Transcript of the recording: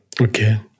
okay